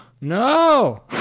no